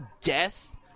Death